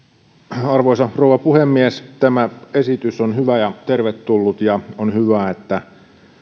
arvoisa rouva puhemies tämä esitys on hyvä ja tervetullut ja on hyvä että